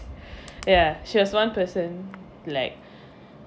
ya she was one person like